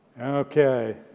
Okay